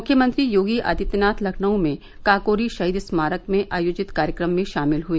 मुख्यमंत्री योगी आदित्यनाथ लखनऊ में काकोरी शहीद स्मारक में आयोजित कार्यक्रम में शामिल हुए